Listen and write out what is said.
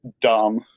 dumb